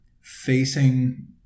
facing